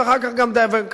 ואחר כך גם קאדים.